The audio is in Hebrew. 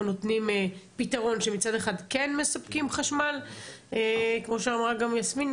נותנים פתרון שמצד אחד כן מספקים חשמל כמו שאמרה גם יסמין,